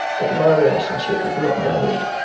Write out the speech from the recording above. that my relationship is not valued.